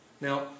Now